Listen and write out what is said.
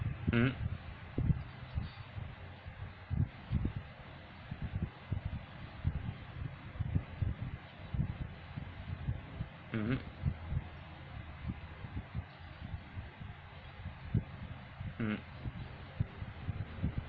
mm mmhmm mm